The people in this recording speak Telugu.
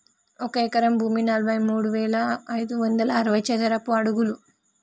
ఒక ఎకరం భూమి నలభై మూడు వేల ఐదు వందల అరవై చదరపు అడుగులు